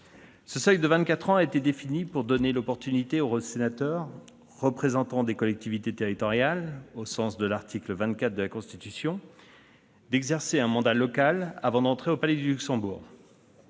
Ce seuil de vingt-quatre ans a été défini pour donner l'opportunité aux sénateurs, représentants des collectivités territoriales au sens de l'article 24 de la Constitution, d'exercer un mandat local avant d'entrer au Palais du Luxembourg.